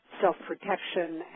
self-protection